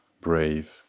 brave